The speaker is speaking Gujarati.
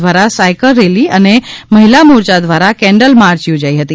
દ્વારા સાઇકલ રેલી અને મહિલા મોરચા દ્વારા કેન્ડલ માર્ચ યોજાઈ હતી